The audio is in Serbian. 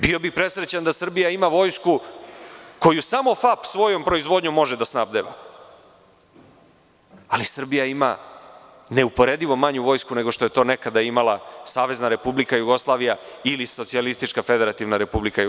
Bio bih presrećan da Srbija ima vojsku koju samo FAP svojom proizvodnjom može da snabdeva, ali Srbija ima neuporedivo manju vojsku nego što je to nekada imala Savezna Republika Jugosavija ili SFRJ.